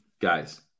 Guys